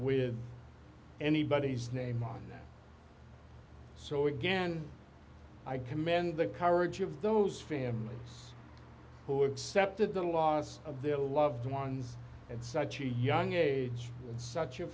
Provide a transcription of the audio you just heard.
with anybody's name on them so again i commend the courage of those families who accepted the laws of their loved ones at such a young age such